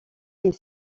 est